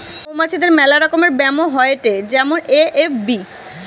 মৌমাছিদের মেলা রকমের ব্যামো হয়েটে যেমন এ.এফ.বি